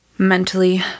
Mentally